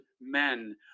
men